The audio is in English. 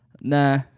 Nah